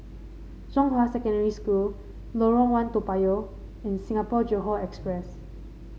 Zhonghua Secondary School Lorong One Toa Payoh and Singapore Johore Express